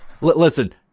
listen